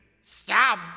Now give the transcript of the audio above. stop